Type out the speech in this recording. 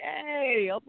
hey